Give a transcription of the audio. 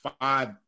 five